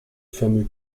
fameux